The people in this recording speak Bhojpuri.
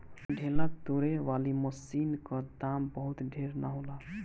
ढेला तोड़े वाली मशीन क दाम बहुत ढेर ना होला